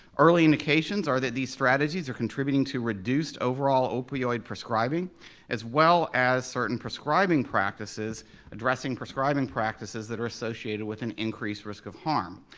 early indications are that these strategies are contributing to reduced overall opioid prescribing as well as certain prescribing practices addressing prescribing practices that are associated with an increased risk of harm.